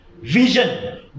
vision